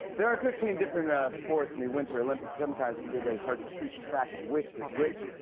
there are fifteen different sports in the winter olympics, and sometimes it can be very hard to keep track of which is which.